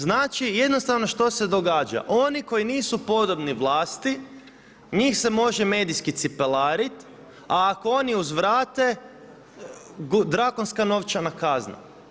Znači, jednostavno što se događa, oni koji n isu podobni vlasti, njih se može medijski cipelariti, a ako oni uzvrate, drakonska novčana kazna.